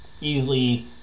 easily